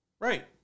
Right